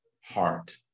heart